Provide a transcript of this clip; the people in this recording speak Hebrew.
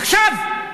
עכשיו,